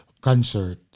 concert